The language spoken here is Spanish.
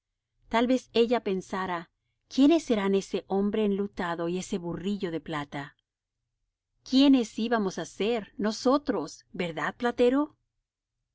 tal vez ella pensara quiénes serán ese hombre enlutado y ese burrillo de plata quiénes íbamos á ser nosotros verdad platero